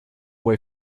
way